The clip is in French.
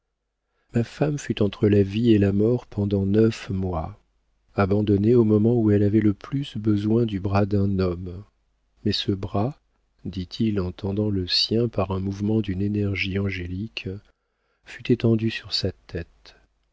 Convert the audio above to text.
ma femme fut entre la vie et la mort pendant neuf mois abandonnée au moment où elle avait le plus besoin du bras d'un homme mais ce bras dit-il en tendant le sien par un mouvement d'une énergie angélique fut étendu sur sa tête